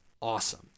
awesome